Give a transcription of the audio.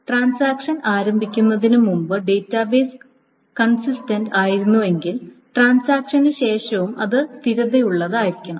transaction ആരംഭിക്കുന്നതിന് മുമ്പ് database consistent ആയിരുന്നുവെങ്കിൽ ട്രാൻസാക്ഷൻ ശേഷവും അത് സ്ഥിരതയുള്ളതായിരിക്കണം